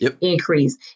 increase